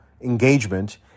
engagement